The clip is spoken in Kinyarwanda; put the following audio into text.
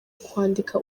kwandika